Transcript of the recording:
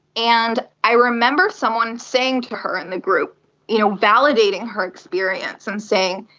and i remember someone saying to her in the group, you know, validating her experience and saying,